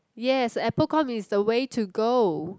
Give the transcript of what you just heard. yes Apple com is the way to go